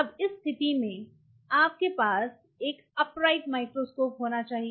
अब इस स्थिति में आपके पास एक अपराइट माइक्रोस्कोप होना चाहिए